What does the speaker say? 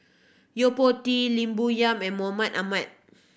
Yo Po Tee Lim Bo Yam and Mahmud Ahmad